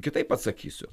kitaip atsakysiu